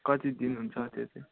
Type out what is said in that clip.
कति दिन हुन्छ त्यति